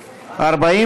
נתקבלה.